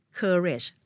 courage